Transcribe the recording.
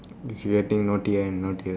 is getting naughtier and naughtier